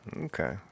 Okay